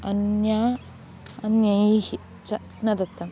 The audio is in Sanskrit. अन्या अन्यैः च न दत्तम्